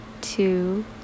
two